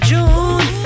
June